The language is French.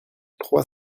trois